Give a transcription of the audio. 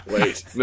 Wait